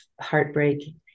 heartbreak